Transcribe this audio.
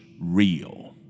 real